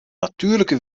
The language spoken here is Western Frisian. natuerlike